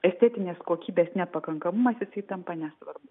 estetinės kokybės nepakankamumas jisai tampa nesvarbu